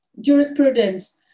jurisprudence